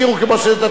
תתחילו את דור ב'.